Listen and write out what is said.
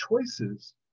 choices